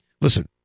Listen